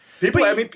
People